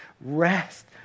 rest